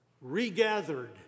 regathered